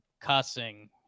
cussing